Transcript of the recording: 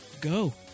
Go